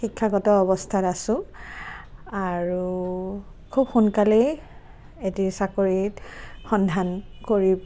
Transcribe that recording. শিক্ষাগত অৱস্থাত আছোঁ আৰু খুব সোনকালেই এটি চাকৰি সন্ধান কৰি